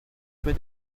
peut